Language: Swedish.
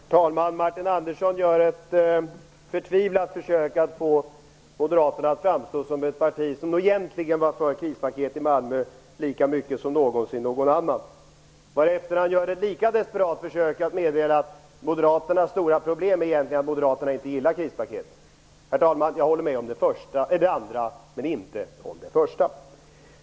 Herr talman! Martin Nilsson gör ett förtvivlat försök att få Moderaterna att framstå som ett parti som egentligen lika mycket som något annat var för krispaket till Malmö. Han gör ett lika desperat försök att meddela att Moderaternas stora problem egentligen är att Moderaterna inte gillar krispaket. Herr talman! Jag håller med om det andra men inte om det första.